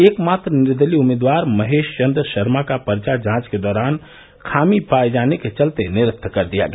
एक मात्र निर्दलीय उम्मीदवार महेश चन्द्र शर्मा का पर्चा जांच के दौरान खामी पाये जाने के चलते निरस्त कर दिया गया